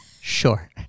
Sure